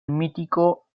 mítico